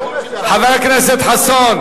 ג'ומס, זה, חבר הכנסת חסון.